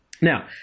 Now